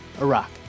Iraq